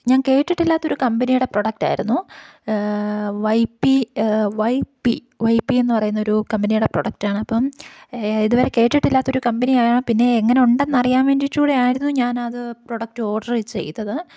ഞാൻ കേട്ടിട്ടില്ലാത്ത ഒരു കമ്പിനിയുടെ പ്രൊഡക്റ്റായിരുന്നു Y P Y P Y P എന്നു പറയുന്നൊരു കമ്പിനിയുടെ പ്രോഡക്റ്റാണ് അപ്പം ഇതുവരെ കേട്ടിട്ടില്ലാത്തൊരു കമ്പിനിയാണ് പിന്നെ എങ്ങനെയുണ്ടെന്നു അറിയാൻ വേണ്ടിയിട്ടു കൂടി ആയിരുന്നു ഞാനത് പ്രൊഡക്റ്റ് ഓർഡർ ചെയ്തത്